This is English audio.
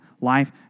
life